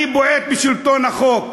אני בועט בשלטון החוק,